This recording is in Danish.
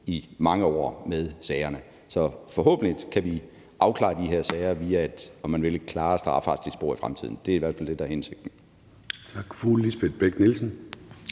i mange år i sagerne. Så forhåbentlig kan vi afklare de her sager via et klarere strafferetligt spor i fremtiden. Det er i hvert fald det, der er hensigten.